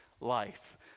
life